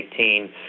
2018